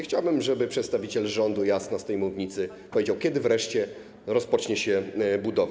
Chciałbym, żeby przedstawiciel rządu jasno z tej mównicy powiedział, kiedy wreszcie rozpocznie się budowa.